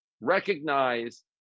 recognize